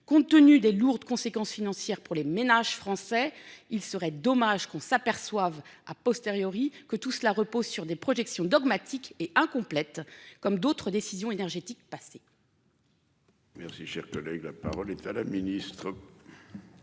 Compte tenu des lourdes conséquences financières pour les ménages français. Il serait dommage qu'on s'aperçoive a posteriori que tout cela repose sur des projections dogmatique et incomplète comme d'autres décisions énergétiques passer.